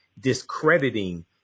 discrediting